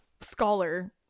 scholar